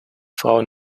frauen